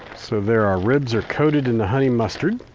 so there, our ribs are coated in the honey mustard.